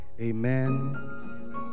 Amen